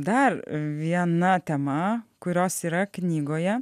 dar viena tema kurios yra knygoje